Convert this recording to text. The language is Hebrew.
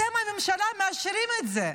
אתם, הממשלה, מאשרים את זה.